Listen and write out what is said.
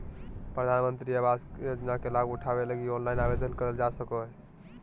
प्रधानमंत्री आवास योजना के लाभ उठावे लगी ऑनलाइन आवेदन करल जा सको हय